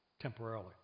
Temporarily